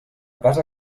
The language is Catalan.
casa